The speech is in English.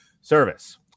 service